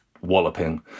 walloping